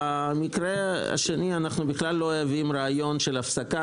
במקרה השני אנו בכלל לא אוהבים רעיון של הפסקה